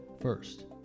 First